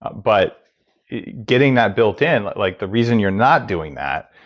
ah but getting that built-in, like the reason you're not doing that,